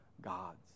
gods